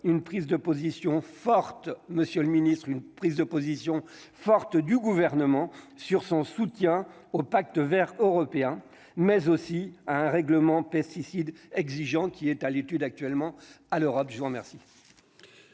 qu'une prise de position forte, monsieur le ministre, une prise de position forte du gouvernement sur son soutien au Pacte Vert européen mais aussi à un règlement pesticides exigeant qui est à l'étude actuellement à l'Europe, je vous remercie.